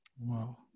Wow